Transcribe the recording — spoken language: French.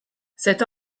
cette